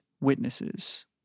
witnesses